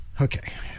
Okay